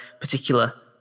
particular